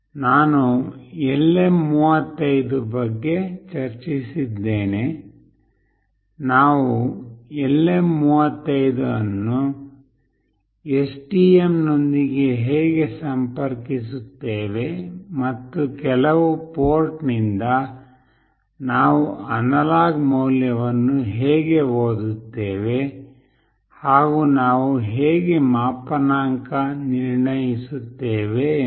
ನಾನು LM35 ಬಗ್ಗೆ ಚರ್ಚಿಸಿದ್ದೇನೆ ನಾವು LM35 ಅನ್ನು STM ನೊಂದಿಗೆ ಹೇಗೆ ಸಂಪರ್ಕಿಸುತ್ತೇವೆ ಮತ್ತು ಕೆಲವು port ನಿಂದ ನಾವು ಅನಲಾಗ್ ಮೌಲ್ಯವನ್ನು ಹೇಗೆ ಓದುತ್ತೇವೆ ಹಾಗೂ ನಾವು ಹೇಗೆ ಮಾಪನಾಂಕ ನಿರ್ಣಯಿಸುತ್ತೇವೆ ಎಂದು